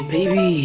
Baby